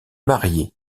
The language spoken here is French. marié